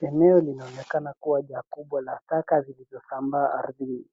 Eneo linaonekana kuwa jaa kubwa la taka zilizo sambaa ardhini.